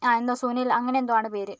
ആ എന്തോ സുനിൽ അങ്ങനെ എന്തോ ആണ് പേര്